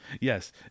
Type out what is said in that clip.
Yes